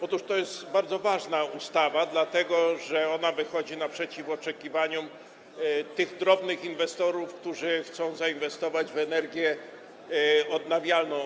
Otóż to jest bardzo ważna ustawa, dlatego że ona wychodzi naprzeciw oczekiwaniom drobnych inwestorów, którzy chcą zainwestować w energię odnawialną.